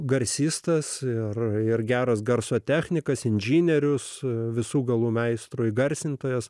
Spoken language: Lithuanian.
garsistas ir geras garso technikas inžinierius visų galų meistro įgarsintojas